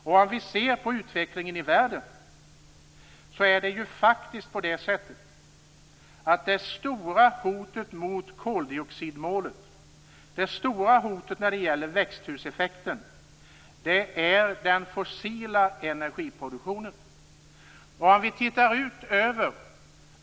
Om vi ser på utvecklingen i världen ser vi att det stora hotet mot koldioxidmålet - det stora hotet när det gäller växthuseffekten - är den fossila energiproduktionen.